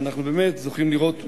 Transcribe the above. ואנחנו באמת זוכים לראות מנהיג.